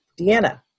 Deanna